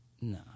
No